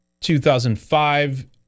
2005